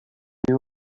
few